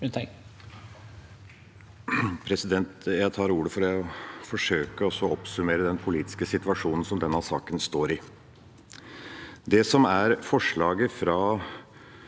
ordet for å forsøke å oppsummere den politiske situasjonen som denne saka står i. Det som er forslaget fra